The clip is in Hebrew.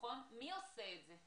מי עושה את זה?